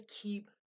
keep